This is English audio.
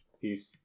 Peace